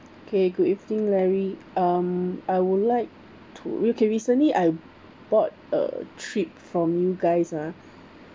okay good evening larry um I would like to okay recently I bought a trip from you guys ah